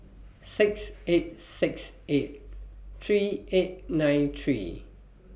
six eight six eight three eight nine three